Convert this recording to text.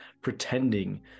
pretending